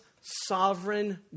sovereign